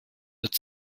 wird